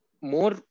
more